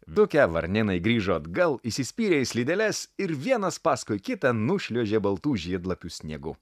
dūkę varnėnai grįžo atgal įsispyrė į slideles ir vienas paskui kitą nušliuožė baltų žiedlapių sniegu